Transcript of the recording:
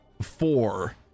four